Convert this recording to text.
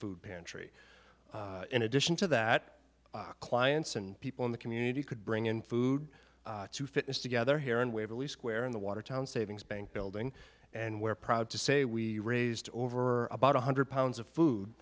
food pantry in addition to that clients and people in the community could bring in food to fitness together here in waverly square in the watertown savings bank building and we're proud to say we raised over about one hundred pounds of food